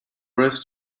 brass